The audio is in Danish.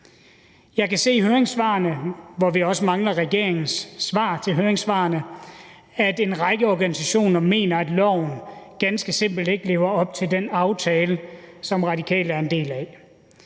Jeg kan se i høringssvarene – og vi mangler regeringens svar til høringssvarene – at en række organisationer mener, at loven ganske simpelt ikke lever op til den aftale, som Radikale er en del af.